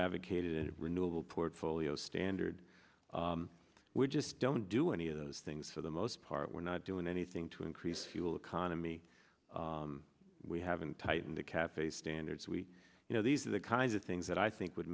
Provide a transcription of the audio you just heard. advocated renewable portfolio standard we just don't do any of those things for the most part we're not doing anything to increase fuel economy we haven't tightened the cafe standards you know these are the kinds of things that i think would